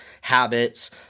habits